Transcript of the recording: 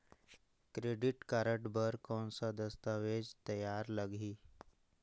Credit card बर कौन दस्तावेज तैयार लगही?